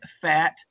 Fat